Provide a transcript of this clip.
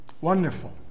Wonderful